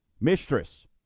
mistress